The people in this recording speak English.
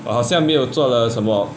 好像没有做了什么